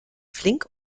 flink